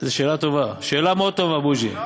זו שאלה טובה, שאלה מאוד טובה, בוז'י.